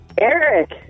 Eric